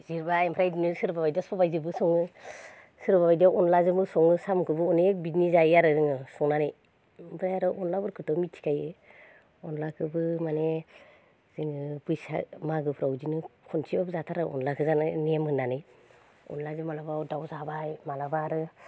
जिरबाय ओमफ्राय बिदिनो सोरबा बायदिया सबायजोंबो सङो सोरबा बायदिया अनद्लाजोंबो सङो सामुखौबो अनेख बिदनि जायो आरो जोङो संनानै ओमफ्राय आरो अनद्लाफोरखोथ' मिथि खायो अनद्लाखोबो माने जोङो बैसाग मागोफ्राव बिदिनो खनसेब्लाबो जाथारो आरो अनद्लाखो नेम होननानै अनद्लाजों माब्लाबा दाउ जाबाय माब्लाबा आरो